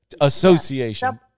association